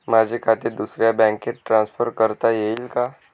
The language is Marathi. माझे खाते दुसऱ्या बँकेत ट्रान्सफर करता येईल का?